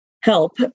help